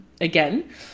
again